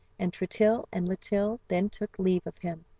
and tritill and litill then took leave of him,